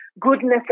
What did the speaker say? goodness